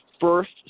first